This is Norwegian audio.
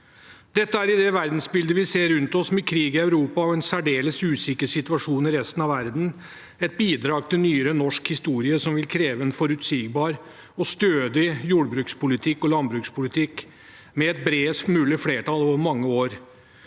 Dette er i det verdensbildet vi ser rundt oss – med krig i Europa og en særdeles usikker situasjon i resten av verden – et bidrag til nyere norsk historie som vil kreve en forutsigbar og stødig jordbruks- og landbrukspolitikk med et bredest mulig flertall over mange år,